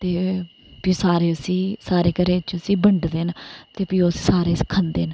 ते फ्ही सारे उसी सारै घरै च उसी बंडदे न ते फ्ही उसी सारे खंदे न